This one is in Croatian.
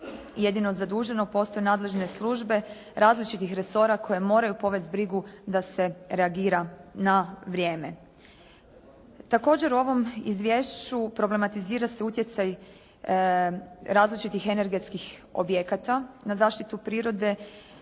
jedino zaduženo, postoje nadležne službe različitih resora koje moraju povesti brigu da se reagira na vrijeme. Također u ovom izvješću problematizira se utjecaj različitih energetskih objekata na zaštitu prirode.